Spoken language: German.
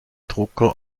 drucker